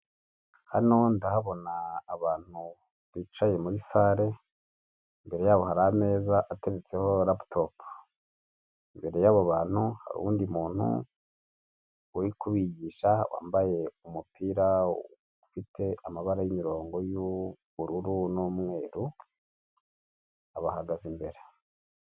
Hano ndahabona abantu bicaye muri sare. Imbere yabo hari ameza ateretseho raputopu. Imbere yabo bantu hari undi muntu uri kubigisha, wambaye umupira ufite amabara y'mirongo y'ubururu n'umweru abahagaze imbere.